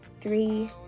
three